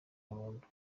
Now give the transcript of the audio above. burundu